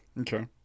Okay